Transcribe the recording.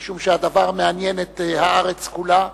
משום שהדבר מעניין את הארץ כולה,